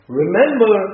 remember